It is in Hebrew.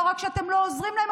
לא רק שאתה אתם לא עוזרים להם,